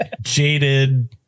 Jaded